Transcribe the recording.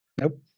nope